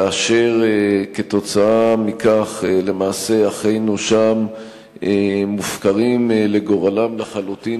וכתוצאה מכך למעשה אחינו שם מופקרים לגורלם לחלוטין,